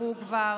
נרצחו כבר